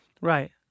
Right